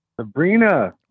Sabrina